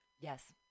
Yes